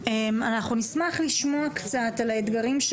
נשמח לשמוע קצת על האתגרים של